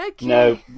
No